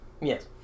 Yes